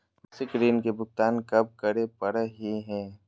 मासिक ऋण के भुगतान कब करै परही हे?